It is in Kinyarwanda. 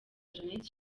jeannette